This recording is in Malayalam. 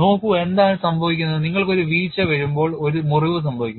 നോക്കൂ എന്താണ് സംഭവിക്കുന്നത് നിങ്ങൾക്ക് ഒരു വീഴ്ച വരുമ്പോൾ ഒരു മുറിവ് സംഭവിക്കും